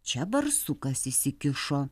čia barsukas įsikišo